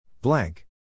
Blank